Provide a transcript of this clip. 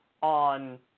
on